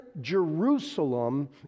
Jerusalem